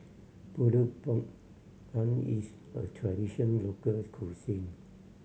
Pulut Panggang is a tradition locals cuisine